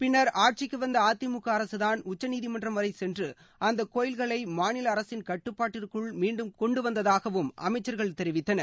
பின்னர் ஆட்சிக்கு வந்த அதிமுக அரசுதான் உச்சநீதிமன்றம்வரை சென்று அந்த கோயில்களை மாநில அரசின் கட்டுப்பாட்டிற்குள் மீண்டும் கொண்டுவந்ததாகவும் அமைச்சர்கள் தெரிவித்தனர்